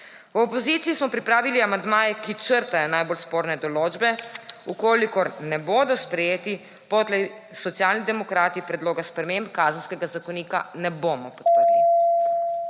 V opoziciji smo pripravili amandmaje, ki črtajo najbolj sporne določbe. Če ne bodo sprejeti, potlej Socialni demokrati predloga sprememb Kazenskega zakonika ne bomo podprli.